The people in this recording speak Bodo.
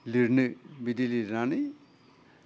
लिरनो बिदि लिरनानै